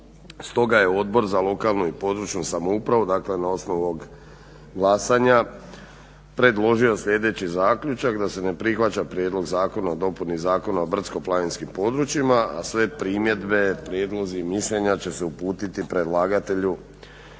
Stoga je Odbor za lokalnu i područnu samoupravu na osnovu ovog glasanja predložio sljedeći zaključak, da se ne prihvaća Prijedlog zakona o dopuni Zakona o brdsko-planinskim područjima, a sve primjedbe, prijedlozi i mišljenja će se uputiti predlagatelju